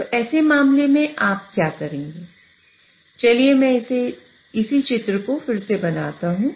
तो ऐसे मामले में आप क्या करेंगे चलिए मैं इसी चित्र को फिर से बनाता हूं